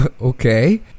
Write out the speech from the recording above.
okay